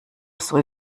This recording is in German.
soll